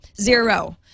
Zero